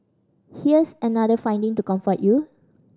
here's another finding to comfort you